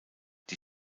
die